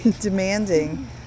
demanding